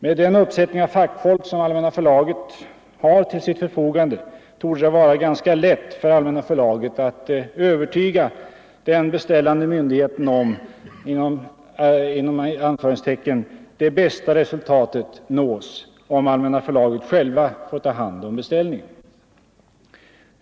Med den uppsättning av fackfolk som Allmänna förlaget har till sitt förfogande torde det vara ganska lätt att övertyga den beställande myndigheten om att ”det bästa resultatet nås” om Allmänna förlaget får ta hand om beställningen.